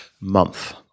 month